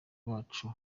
bacu